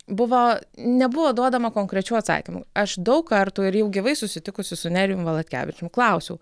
buvo nebuvo duodama konkrečių atsakymų aš daug kartų ir jau gyvai susitikusi su nerijum valatkevičiumi klausiau